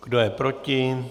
Kdo je proti?